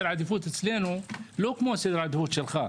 העדיפות אצלנו לא כמו סדר העדיפות שלך.